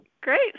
Great